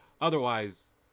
otherwise